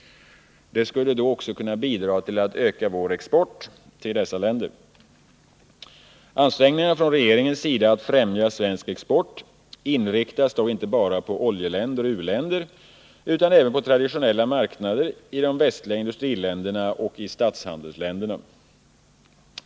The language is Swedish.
Det skulle då också bidra till att öka vår export till dessa länder. Ansträngningarna från regeringens sida att främja svensk export inriktas dock inte bara på oljeländer och u-länder utan även på traditionella marknader i de västliga industriländerna och i statshandelsländerna.